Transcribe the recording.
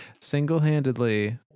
Single-handedly